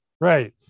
Right